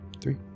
three